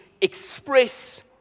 express